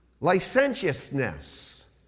licentiousness